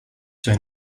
see